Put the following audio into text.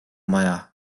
maja